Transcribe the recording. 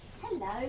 Hello